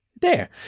There